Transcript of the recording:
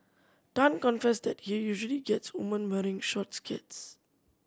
Tan confessed that he usually gets women wearing short skirts